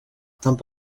temps